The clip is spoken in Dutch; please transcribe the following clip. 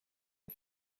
een